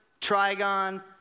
trigon